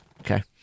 Okay